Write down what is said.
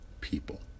people